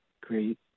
great